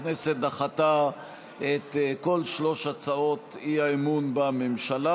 הכנסת דחתה את כל שלוש הצעות האי-אמון בממשלה.